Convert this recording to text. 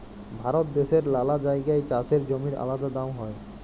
ভারত দ্যাশের লালা জাগায় চাষের জমির আলাদা দাম হ্যয়